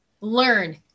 Learn